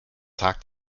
hakt